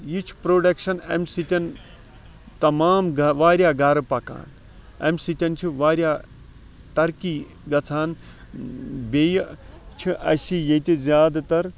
یہِ چھِ پروڈَکشَن امہِ سۭتۍ تَمام واریاہ گَرٕ پَکان امہِ سۭتۍ چھِ واریاہ تَرقی گَژھان بیٚیہِ چھِ اَسہِ ییٚتہِ زیادٕ تَر